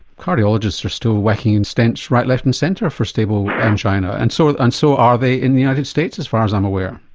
cardiologists are still whacking in stents right, left and centre for stable angina, and sort of and so are they in the united states, as far as i'm aware.